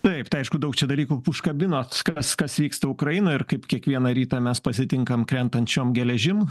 taip tai aišku daug čia dalykų užkabinot kas kas vyksta ukrainoj ir kaip kiekvieną rytą mes pasitinkam krentančiom geležim